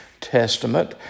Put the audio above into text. Testament